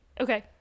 okay